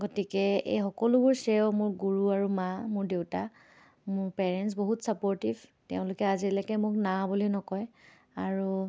গতিকে এই সকলোবোৰ শ্ৰেয় মোৰ গুৰু আৰু মা মোৰ দেউতা মোৰ পেৰেণ্টছ্ বহুত ছাপ'ৰ্টিভ তেওঁলোকে আজিলৈকে মোক না বুলি নকয় আৰু